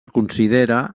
considera